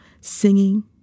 singing